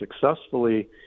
successfully